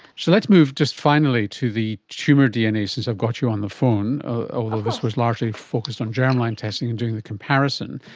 so let's move just finally to the tumour dna, since i've got you on the phone, although this was largely focused on germline testing and doing the comparison.